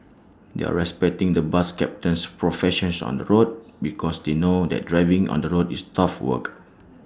they are respecting the bus captain's profession on the road because they know that driving on the road is tough work